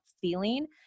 feeling